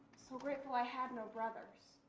so grateful i had no brothers.